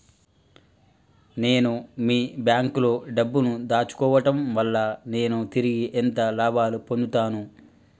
నేను మీ బ్యాంకులో డబ్బు ను దాచుకోవటం వల్ల నేను తిరిగి ఎంత లాభాలు పొందుతాను?